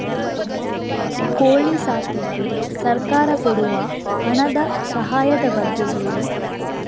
ಕೋಳಿ ಸಾಕ್ಲಿಕ್ಕೆ ಸರ್ಕಾರ ಕೊಡುವ ಹಣದ ಸಹಾಯದ ಬಗ್ಗೆ ಹೇಳಿ